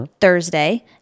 Thursday